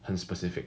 很 specific